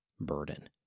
burden